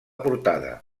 portada